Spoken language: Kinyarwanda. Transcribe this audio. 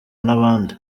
n’abandi